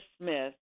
Smith